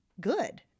good